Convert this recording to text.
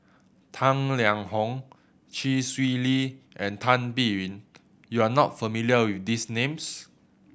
Tang Liang Hong Chee Swee Lee and Tan Biyun you are not familiar with these names